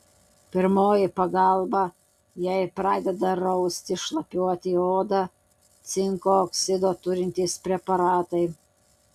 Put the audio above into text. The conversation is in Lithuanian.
pirmoji pagalba jei pradeda rausti šlapiuoti oda cinko oksido turintys preparatai